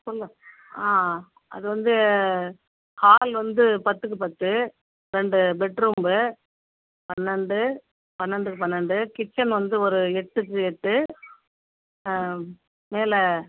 சொல்லு ஆ அது வந்து ஹால் வந்து பத்துக்கு பத்து ரெண்டு பெட்ரூம்மு பன்னெண்டு பன்னெண்டுக்கு பன்னெண்டு கிச்சன் வந்து ஒரு எட்டுக்கு எட்டு மேலே